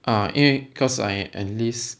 ah 因为 cause I enlist